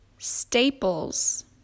Staples